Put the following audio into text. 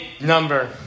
number